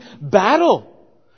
battle